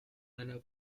einer